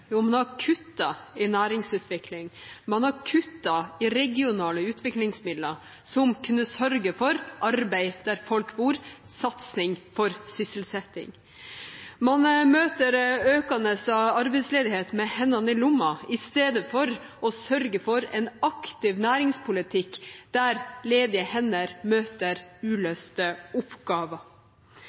Jo, man har kuttet i næringsutvikling, man har kuttet i regionale utviklingsmidler, som kunne sørget for arbeid der folk bor, og satsing på sysselsetting. Man møter økende arbeidsledighet med hendene i lomma istedenfor å sørge for en aktiv næringspolitikk der ledige hender møter uløste oppgaver.